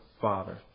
father